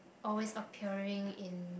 always appearing in